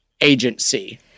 Agency